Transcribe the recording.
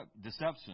deception